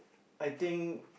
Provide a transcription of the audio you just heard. I think